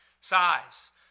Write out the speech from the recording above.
size